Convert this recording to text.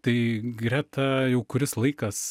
tai greta jau kuris laikas